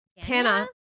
Tana